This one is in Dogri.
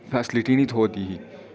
फैसलिटी नेईं थ्होऐ दी ही